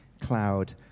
cloud